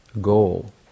goal